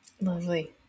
Lovely